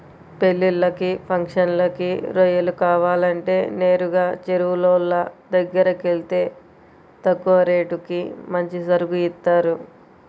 పెళ్ళిళ్ళకి, ఫంక్షన్లకి రొయ్యలు కావాలంటే నేరుగా చెరువులోళ్ళ దగ్గరకెళ్తే తక్కువ రేటుకి మంచి సరుకు ఇత్తారు